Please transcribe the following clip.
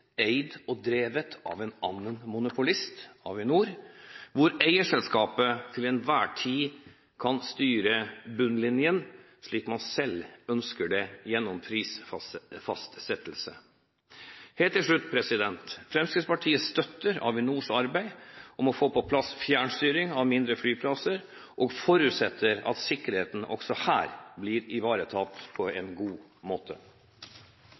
eid og drevet av en annen monopolist, Avinor, hvor eierselskapet til enhver tid kan styre bunnlinjen slik man selv ønsker det gjennom prisfastsettelse. Helt til slutt: Fremskrittspartiet støtter Avinors arbeid med å få på plass fjernstyring av mindre flyplasser og forutsetter at sikkerheten også her blir ivaretatt på en god måte.